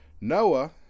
Noah